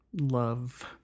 love